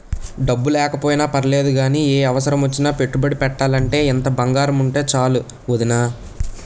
డబ్బు లేకపోయినా పర్లేదు గానీ, ఏ అవసరమొచ్చినా పెట్టుబడి పెట్టాలంటే ఇంత బంగారముంటే చాలు వొదినా